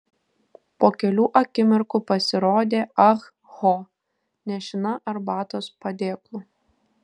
po kelių akimirkų pasirodė ah ho nešina arbatos padėklu